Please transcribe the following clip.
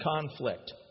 conflict